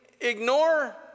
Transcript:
ignore